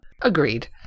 Agreed